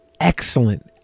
excellent